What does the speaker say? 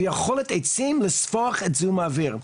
ביכולת העצים לספוח את זיהום האוויר.